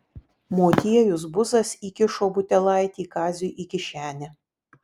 motiejus buzas įkišo butelaitį kaziui į kišenę